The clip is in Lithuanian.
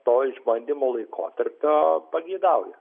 to išbandymo laikotarpio pageidauja